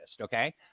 okay